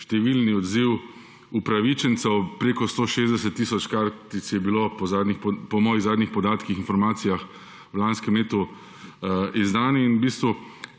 številni odziv upravičencev, preko 160 tisoč kartic je bilo po mojih zadnjih podatkih, informacijah v lanskem letu izdano